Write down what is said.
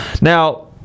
Now